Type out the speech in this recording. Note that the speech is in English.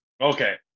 Okay